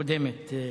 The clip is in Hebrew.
כבר העברנו אותה.